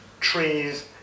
trees